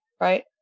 Right